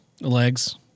legs